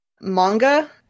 manga